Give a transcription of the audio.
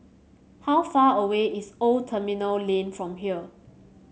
how far away is Old Terminal Lane from here